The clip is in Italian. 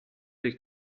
del